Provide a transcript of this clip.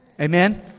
Amen